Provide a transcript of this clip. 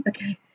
Okay